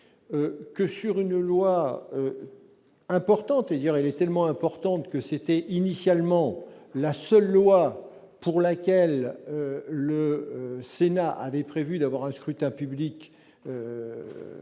que sur une loi importante et hier, elle est tellement importante que c'était initialement la seule loi pour laquelle le Sénat avait prévu d'avoir un scrutin public officiel